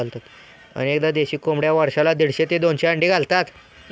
अनेकदा देशी कोंबड्या वर्षाला दीडशे ते दोनशे अंडी घालतात